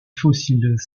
fossiles